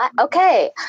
okay